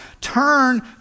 Turn